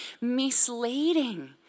misleading